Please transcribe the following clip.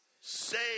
Save